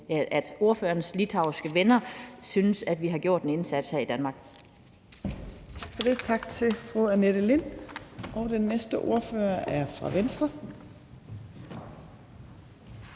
at ordførerens litauiske venner synes, at vi har gjort en indsats her i Danmark.